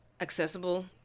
accessible